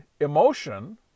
emotion